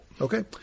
Okay